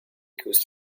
equals